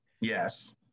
Yes